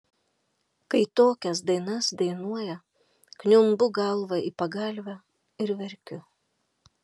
kai tokias dainas dainuoja kniumbu galva į pagalvę ir verkiu